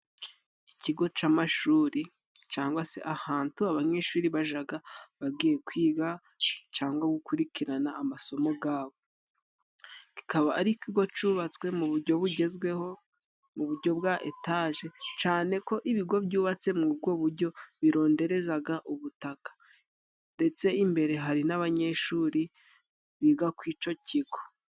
Ikigo c'amashuri cangwa se ahantu abanyeshuri bajaga bagiye kwiga cangwa gukurikirana amasomo gabo, kikaba ari ikigo cyubatswe mu bujyo bugezweho mu bujyo bwa etaje, cane ko ibigo byubatse m'ubwo bujyo bironderezaga ubutaka, ndetse imbere hari n'abanyeshuri biga ku ico kigo.